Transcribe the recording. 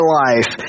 life